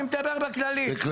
אני מדבר בכללית.